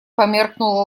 померкнула